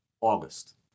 August